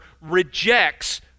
rejects